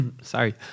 sorry